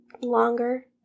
Longer